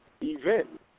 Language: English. event